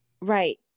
Right